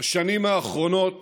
בשנים האחרונות